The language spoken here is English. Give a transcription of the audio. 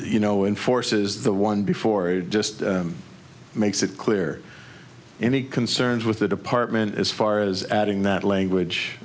you know enforces the one before it just makes it clear any concerns with the department as far as adding that language